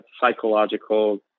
psychological